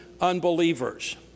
unbelievers